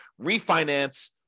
refinance